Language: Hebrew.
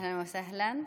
אהלן וסהלן,